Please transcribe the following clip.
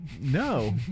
no